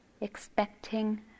expecting